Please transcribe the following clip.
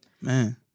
man